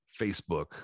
Facebook